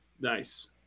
Nice